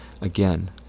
Again